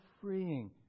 freeing